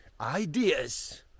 ideas